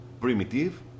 primitive